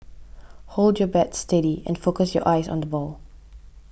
hold your bat steady and focus your eyes on the ball